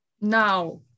now